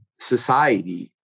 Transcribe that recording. society